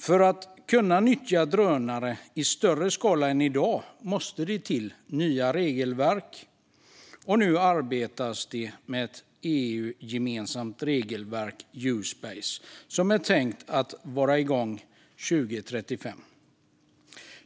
För att kunna nyttja drönare i större skala än i dag måste det komma till nya regelverk, och nu arbetas det med ett EU-gemensamt regelverk, Uspace, som är tänkt att vara igång 2035.